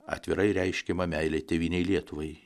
atvirai reiškiama meilė tėvynei lietuvai